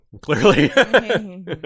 clearly